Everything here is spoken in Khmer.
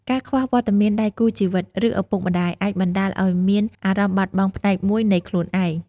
ការខ្វះវត្តមានដៃគូជីវិត ឬឪពុកម្ដាយ អាចបណ្ដាលឲ្យមានអារម្មណ៍បាត់បង់ផ្នែកមួយនៃខ្លួនឯង។